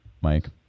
Mike